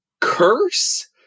curse